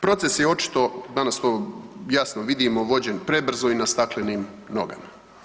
Proces je očito, danas to jasno vidimo, vođen prebrzo i na staklenim nogama.